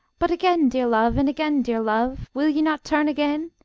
but again, dear love, and again, dear love, will ye not turn again?